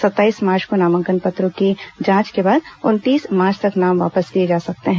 सत्ताईस मार्च को नामांकन पत्रों की जांच के बाद उनतीस मार्च तक नाम वापस लिए जा सकते हैं